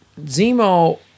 Zemo